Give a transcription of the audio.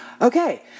Okay